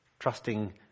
trusting